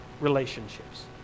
relationships